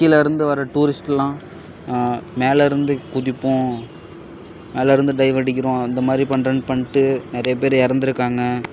கீழே இருந்து வர்ற டூரிஸ்ட்டெல்லாம் மேலே இருந்து குதிப்போம் மேலே இருந்து டைவ் அடிக்கிறோம் அந்த மாதிரி பண்றதுன்னு பண்ணிட்டு நிறைய பேர் இறந்துருக்காங்க